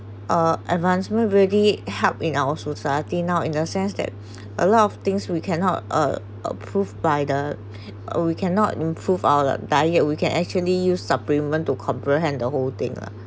uh advancement already help in our society now in the sense that a lot of things we cannot uh uh approved by the uh we cannot improve our diet we can actually use supplement to comprehend the whole thing ah